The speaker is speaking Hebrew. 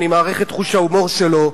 אני מעריך את חוש ההומור שלו,